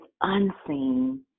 unseen